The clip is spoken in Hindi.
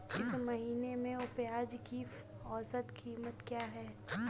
इस महीने में प्याज की औसत कीमत क्या है?